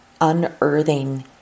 unearthing